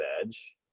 edge